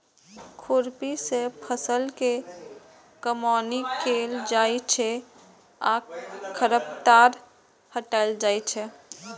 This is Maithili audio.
खुरपी सं फसल के कमौनी कैल जाइ छै आ खरपतवार हटाएल जाइ छै